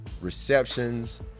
receptions